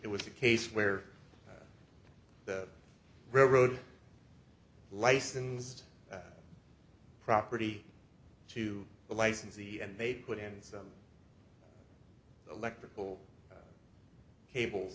it was a case where the railroad licensed property to a licensee and they put in some electrical cable